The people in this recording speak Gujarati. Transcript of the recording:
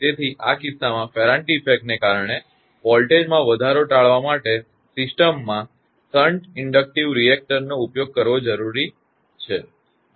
તેથી આ કિસ્સામાં ફેરાન્ટી ઇફેક્ટને કારણે વોલ્ટેજમાં વધારો ટાળવા માટે સિસ્ટમમાં શન્ટ ઇન્ડક્ટિવ રિએક્ટર નો ઉપયોગ કરવો જરૂરી હોઈ શકે છે